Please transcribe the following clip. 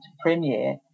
Premiere